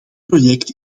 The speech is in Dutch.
project